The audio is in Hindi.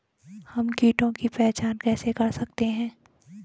हम कीटों की पहचान कैसे कर सकते हैं?